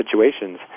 situations